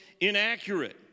inaccurate